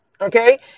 okay